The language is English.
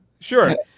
sure